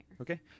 Okay